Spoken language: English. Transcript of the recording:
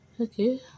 Okay